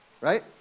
right